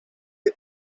had